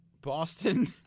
Boston